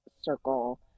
circle